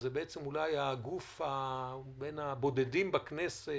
זה אולי בין הגופים הבודדים בכנסת,